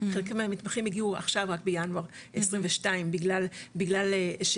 כלומר המתמחים הגיעו עכשיו רק בינואר 22 בגלל שניתנו